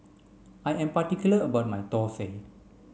I am particular about my Thosai